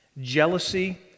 Jealousy